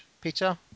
Peter